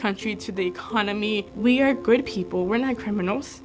country to the economy we are good people we're not criminals